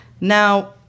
Now